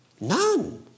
None